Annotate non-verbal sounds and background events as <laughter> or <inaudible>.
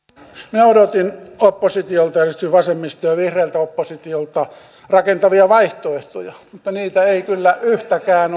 minä odotin oppositiolta ja erityisesti vasemmistolta ja vihreältä oppositiolta rakentavia vaihtoehtoja mutta niitä ei kyllä yhtäkään <unintelligible>